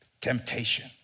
temptation